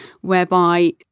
whereby